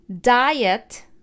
diet